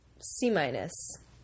C-minus